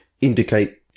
indicate